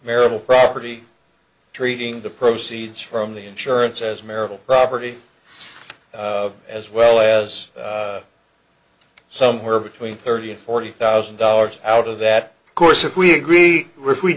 marital property treating the proceeds from the insurance as marital property as well as somewhere between thirty and forty thousand dollars out of that course if we agree rich we